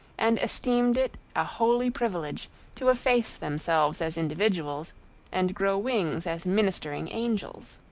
and esteemed it a holy privilege to efface themselves as individuals and grow wings as ministering angels.